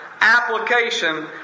application